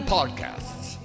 Podcasts